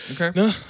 okay